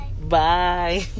Bye